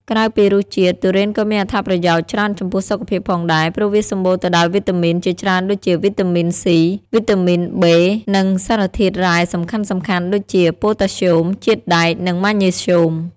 ក្រៅពីរសជាតិ ទុរេនក៏មានអត្ថប្រយោជន៍ច្រើនចំពោះសុខភាពផងដែរ ព្រោះវាសម្បូរទៅដោយវីតាមីនជាច្រើនដូចជា វីតាមីន ស៊ី វីតាមីន ប៊េ និងសារធាតុរ៉ែសំខាន់ៗដូចជា ប៉ូតាស្យូម ជាតិដែក និងម៉ាញ៉េស្យូម។